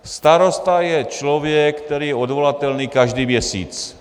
Starosta je člověk, který je odvolatelný každý měsíc.